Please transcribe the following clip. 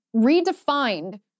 redefined